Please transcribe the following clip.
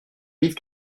livres